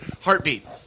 heartbeat